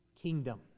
kingdom